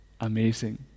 amazing